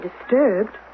disturbed